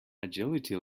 agility